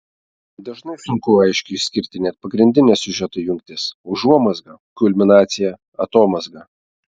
dažnai sunku aiškiai išskirti net pagrindines siužeto jungtis užuomazgą kulminaciją atomazgą